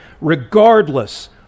regardless